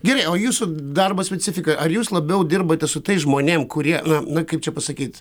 gerai o jūsų darbo specifika ar jūs labiau dirbate su tais žmonėm kurie na kaip čia pasakyt